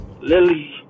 Lily